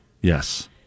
yes